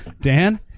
Dan